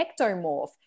ectomorph